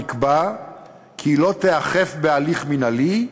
נקבע כי היא לא תיאכף בהליך מינהלי,